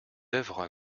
œuvre